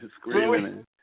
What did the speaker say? Screaming